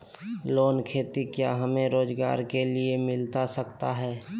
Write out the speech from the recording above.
Loan खेती क्या हमें रोजगार के लिए मिलता सकता है?